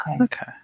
Okay